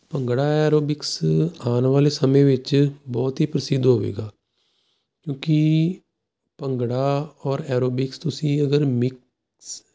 bhangra aerobics ਆਉਣ ਵਾਲੇ ਸਮੇਂ ਵਿੱਚ ਬਹੁਤ ਹੀ ਪ੍ਰਸਿੱਧ ਹੋਵੇਗਾ ਕਿਉਂਕਿ ਭੰਗੜਾ ਔਰ ਐਰੋਬਿਕਸ ਤੁਸੀਂ ਅਗਰ ਮਿਕਸ